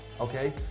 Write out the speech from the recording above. okay